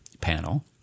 Panel